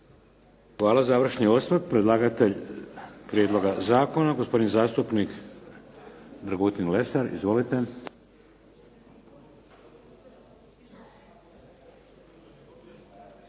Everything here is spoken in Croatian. Hvala. Završni osvrt, predlagatelj prijedloga zakona, gospodin zastupnik Dragutin Lesar. Izvolite.